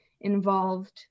involved